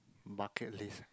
bucket list